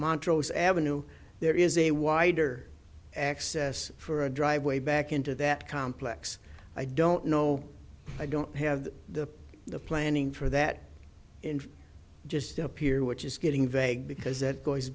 montrose avenue there is a wider access for a driveway back into that complex i don't know i don't have the the planning for that and just appear which is getting vague because it